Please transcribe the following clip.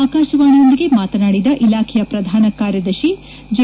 ಆಕಾಶವಾಣಿಯೊಂದಿಗೆ ಮಾತನಾಡಿದ ಇಲಾಖೆಯ ಪ್ರಧಾನ ಕಾರ್ಯದರ್ಶಿ ಜಿ